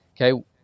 Okay